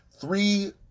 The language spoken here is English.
three